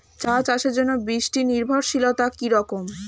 চা চাষের জন্য বৃষ্টি নির্ভরশীলতা কী রকম?